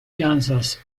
kansas